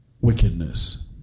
wickedness